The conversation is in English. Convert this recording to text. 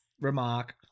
remark